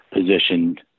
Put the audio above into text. positioned